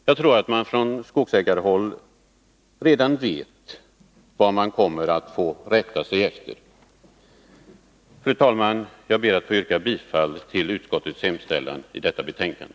Man vet nog redan från skogsägarhåll vad man kommer att få rätta sig efter. Fru talman! Jag ber att få yrka bifall till utskottets hemställan i detta betänkande.